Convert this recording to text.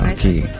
Okay